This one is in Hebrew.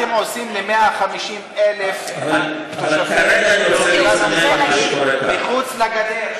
מה אתם עושים ל-150,000 התושבים מחוץ לגדר,